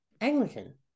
Anglican